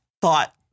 thought